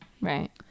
Right